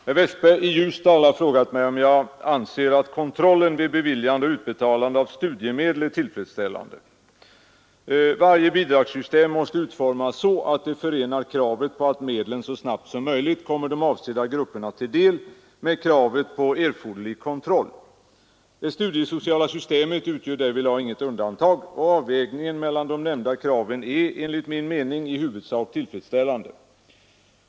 Herr talman! Herr Westberg i Ljusdal har frågat mig, om jag anser att kontrollen vid beviljande och utbetalande av studiemedel är tillfredsställande. Varje bidragssystem måste utformas så att det förenar kravet på att medlen så snabbt som möjligt kommer de avsedda grupperna till del med kravet på erforderlig kontroll. Det studiesociala systemet utgör därvidlag inget undantag, och avvägningen mellan de nämnda kraven är enligt min mening i huvudsak tillfredsställande.